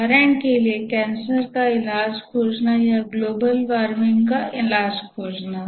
उदाहरण के लिए कैंसर का इलाज खोजना या ग्लोबल वार्मिंग का हल खोजना